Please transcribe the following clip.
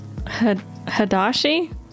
Hadashi